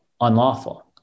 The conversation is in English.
unlawful